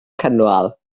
cynwal